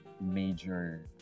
major